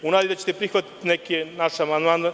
U nadi sam da ćete prihvatiti neki naš amandman.